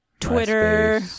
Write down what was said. Twitter